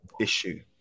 issue